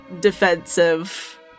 defensive